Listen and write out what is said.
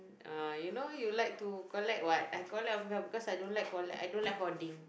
uh you know you like to collect [what] I collect on behalf because I don't like collect I don't like hoarding